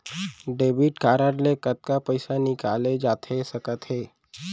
Debit card ले कतका पइसा निकाले जाथे सकत हे?